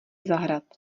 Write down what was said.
zahrad